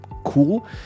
cool